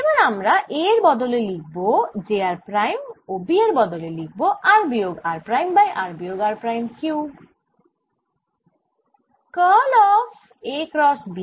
এবার আমরা A এর বদলে লিখব j r প্রাইম ও B এর বদলে লিখব r বিয়োগ r প্রাইম বাই r বিয়োগ r প্রাইম কিউব